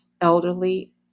elderly